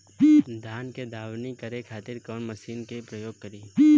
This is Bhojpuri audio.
धान के दवनी करे खातिर कवन मशीन के प्रयोग करी?